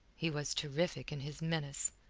he was terrific in his menace,